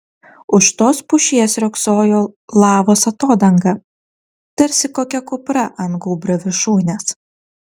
už tos pušies riogsojo lavos atodanga tarsi kokia kupra ant gūbrio viršūnės